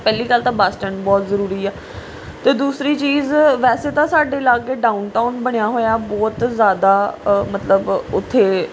ਪਹਿਲੀ ਗੱਲ ਤਾਂ ਬੱਸ ਸਟੈਂਡ ਬਹੁਤ ਜ਼ਰੂਰੀ ਹੈ ਅਤੇ ਦੂਸਰੀ ਚੀਜ਼ ਵੈਸੇ ਤਾਂ ਸਾਡੇ ਲਾਗੇ ਡਾਊਨ ਟਾਊਨ ਬਣਿਆ ਹੋਇਆ ਬਹੁਤ ਜ਼ਿਆਦਾ ਮਤਲਬ ਉੱਥੇ